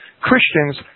Christians